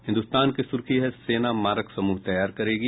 हिन्दुस्तान की सुर्खी है सेना मारक समूह तैयार करेगी